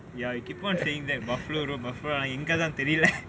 ya you keep saying that buffalo road buffalo road எங்கதான் தெரிலே:engaethan terilae